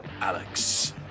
Alex